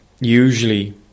usually